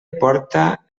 porta